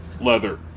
Leather